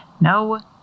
No